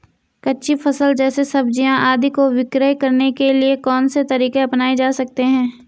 कच्ची फसल जैसे सब्जियाँ आदि को विक्रय करने के लिये कौन से तरीके अपनायें जा सकते हैं?